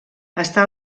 està